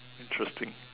interesting